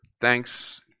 thanks